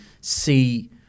see